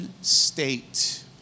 state